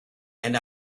and